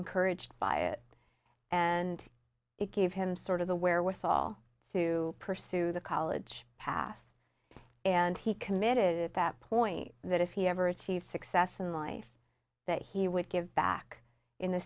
encouraged by it and it gave him sort of the wherewithal to pursue the college path and he committed at that point that if he ever achieved success in life that he would give back in the